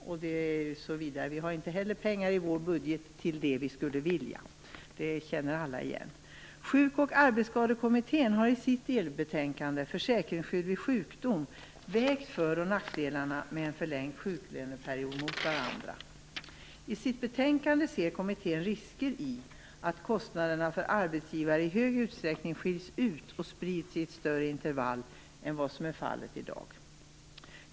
Inte heller vi har pengar i vårt budgetförslag till det som vi skulle vilja satsa på. Det känner alla igen. 1995:149) vägt för och nackdelarna med en förlängd sjuklöneperiod mot varandra. I sitt betänkande ser kommittén risker i att kostnaderna för arbetsgivare i stor utsträckning skiljs ut och sprids i ett större intervall än vad som är fallet i dag.